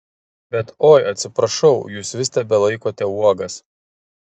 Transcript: bet oi atsiprašau jūs vis tebelaikote uogas